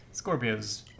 Scorpio's